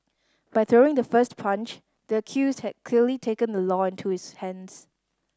by throwing the first punch the accused had clearly taken the law into his hands